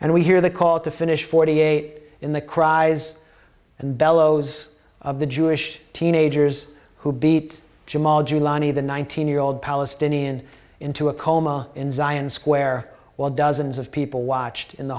and we hear the call to finish forty eight in the cries and bellows of the jewish teenagers who beat jamal gilani the nineteen year old palestinian into a coma in zion square while dozens of people watched in the